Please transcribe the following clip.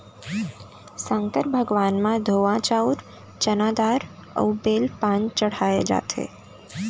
संकर भगवान म धोवा चाउंर, चना दार अउ बेल पाना चड़हाए जाथे